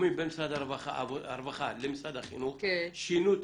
בסיכומים בין משרד הרווחה למשרד החינוך שינו את